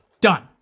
Done